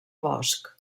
bosc